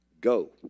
go